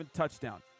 touchdown